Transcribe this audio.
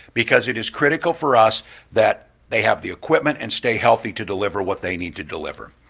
because it is critical for us that they have the equipment and stay healthy to deliver what they need to deliver.